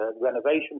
renovation